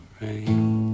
rain